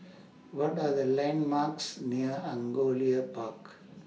What Are The landmarks near Angullia Park